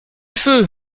feu